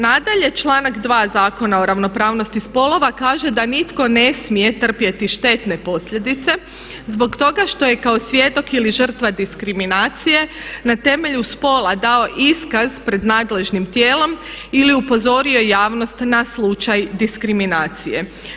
Nadalje, članak 2. Zakona o ravnopravnosti spolova kaže da nitko ne smije trpjeti štetne posljedice zbog toga što je kao svjedok ili žrtva diskriminacije na temelju spola dao iskaz pred nadležnim tijelom ili upozorio javnost na slučaj diskriminacije.